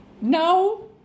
No